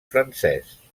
francès